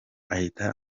ahita